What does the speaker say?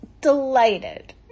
delighted